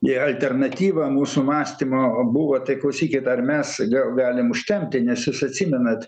ir alternatyva mūsų mąstymo buvo tai klausykit ar mes gal galim užtempti nes jūs atsimenat